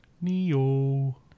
Neo